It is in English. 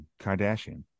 Kardashian